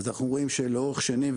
אז אנחנו רואים שלאורך שנים,